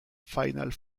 final